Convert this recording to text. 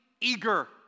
eager